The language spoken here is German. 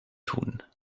tun